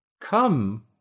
come